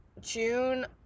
June